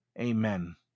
Amen